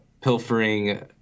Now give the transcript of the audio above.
pilfering